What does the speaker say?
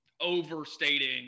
overstating